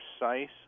precise